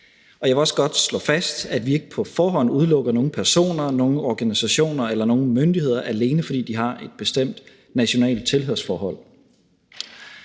Jeg vil også godt slå fast, at vi ikke på forhånd udelukker nogen personer, organisationer eller myndigheder, alene fordi de har et bestemt nationalt tilhørsforhold.